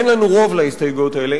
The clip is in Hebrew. אין לנו רוב להסתייגויות האלה.